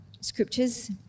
scriptures